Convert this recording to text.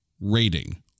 rating